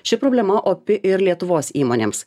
ši problema opi ir lietuvos įmonėms